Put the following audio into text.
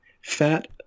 fat